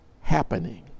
happening